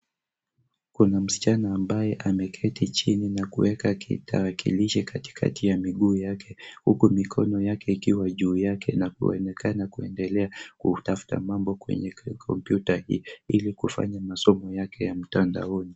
Kuna msichana ambaye ameketi chini na kuweka kitawakilishi katikati ya miguu yake huku mikono yake ikiwa juu yake na kuelekea na kuendelea kutafuta mambo kwenye kompyuta hii ili kufanya masomo yake ya mtandaoni.